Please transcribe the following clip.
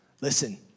Listen